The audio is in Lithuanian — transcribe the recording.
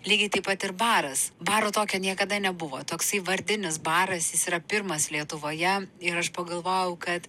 lygiai taip pat ir baras baro tokio niekada nebuvo toksai vardinis baras jis yra pirmas lietuvoje ir aš pagalvojau kad